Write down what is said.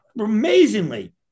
amazingly